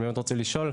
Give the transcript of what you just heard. אני מאוד רוצה לשאול,